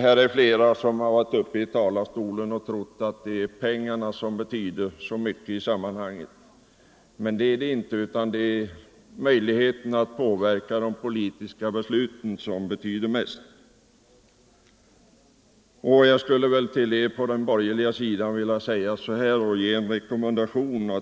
Här är flera som har varit uppe i talarstolen och trott att det är pengarna som betyder så mycket i sammanhanget, men det är det inte. Det är möjligheten att påverka de politiska besluten som betyder mest. Jag skulle vilja ge er på den borgerliga sidan en rekommendation: